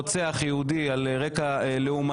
כאשר הוא רוצח יהודי על רקע לאומני,